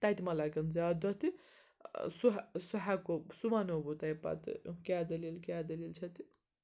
تَتہِ ما لَگَن زیادٕ دۄہ تہِ سُہ سُہ ہٮ۪کو سُہ وَنو بہٕ تۄہہِ پَتہٕ کیٛاہ دٔلیٖل کیٛاہ دٔلیٖل چھےٚ تہِ